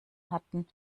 hatten